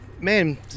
man